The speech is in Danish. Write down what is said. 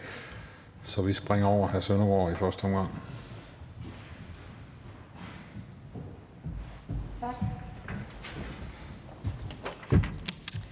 så vi springer over hr. Søren Søndergaard i første omgang. Kl.